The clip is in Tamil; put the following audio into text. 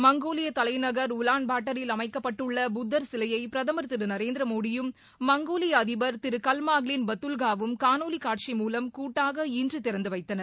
மங்கோலிய தலைநகர் உலான்பாட்டரில் அமைக்கப்பட்டுள்ள புத்தர் சிலையை பிரதமர் திரு நரேந்திரமோடியும் மங்கோலிய அதிபர் திரு கவ்ட்மாங்ளின் பட்டுல்காவும் காணொலி காட்சி மூலம் கூட்டாக இன்று திறந்து வைத்தனர்